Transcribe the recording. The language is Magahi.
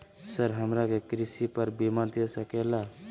सर हमरा के कृषि पर बीमा दे सके ला?